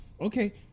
Okay